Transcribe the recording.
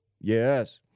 Yes